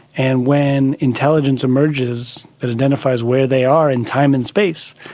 and when intelligence emerges that identifies where they are in time and space,